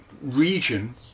region